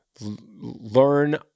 learn